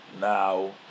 now